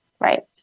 Right